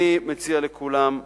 אני מציע לכולם,